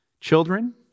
Children